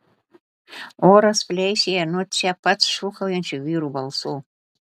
oras pleišėja nuo čia pat šūkaujančių vyrų balsų